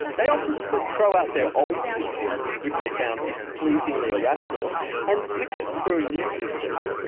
they opted to throw out their old system, which they found displeasingly irrational and switch it for a new system.